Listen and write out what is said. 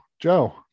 Joe